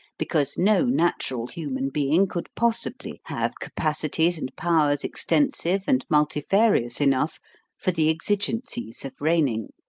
because no natural human being could possibly have capacities and powers extensive and multifarious enough for the exigencies of reigning.